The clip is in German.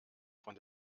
von